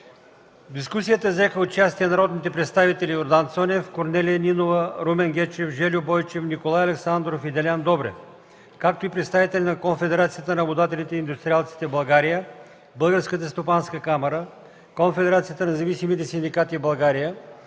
В дискусията взеха участие народните представители Йордан Цонев, Корнелия Нинова, Румен Гечев, Жельо Бойчев, Николай Александров и Делян Добрев, както и представители на Конфедерацията на работодателите и индустриалците в България, Българската стопанска камара, Конфедерацията на независимите синдикати в България